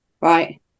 right